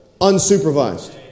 unsupervised